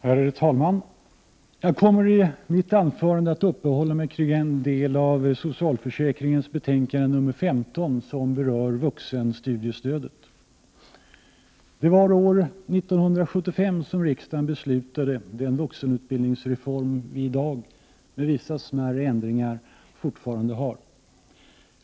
Herr talman! Jag kommer i mitt anförande att uppehålla mig kring den del av socialförsäkringsutskottets betänkande nr 15 som berör vuxenstudiestödet. Det var år 1975 som riksdagen beslutade om den vuxenutbildningsreform som vi i dag, med vissa smärre ändringar, fortfarande har.